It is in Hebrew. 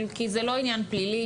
כי זה לא עניין פלילי,